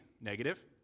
Negative